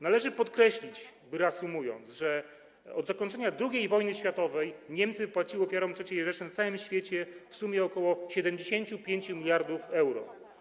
Należy podkreślić, reasumując, że od zakończenia II wojny światowej Niemcy wypłaciły ofiarom III Rzeszy na całym świecie w sumie ok. 75 mld euro.